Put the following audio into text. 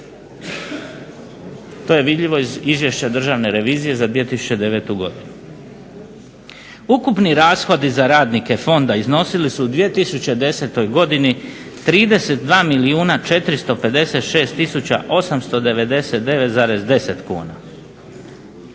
To je vidljivo iz izvješća Državne revizije za 2009. godinu. Ukupni rashodi za radnike fonda iznosila su u 2010. godini 32 milijuna